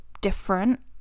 different